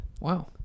Wow